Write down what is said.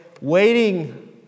waiting